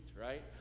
right